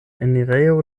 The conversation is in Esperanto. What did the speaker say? enirejo